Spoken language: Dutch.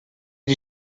die